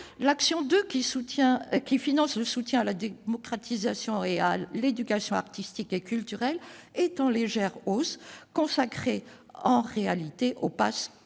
L'action n° 02, qui finance le soutien à la démocratisation et à l'éducation artistique et culturelle, est en légère hausse ; elle est consacrée en réalité au pass culture,